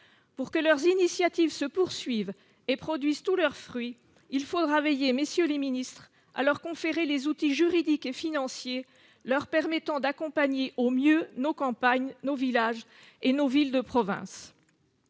Pour que leurs initiatives se poursuivent et produisent tous leurs fruits, il faudra veiller, messieurs les ministres, à leur conférer les outils juridiques et financiers leur permettant d'accompagner au mieux nos campagnes, nos villages et nos villes de province